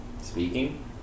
Speaking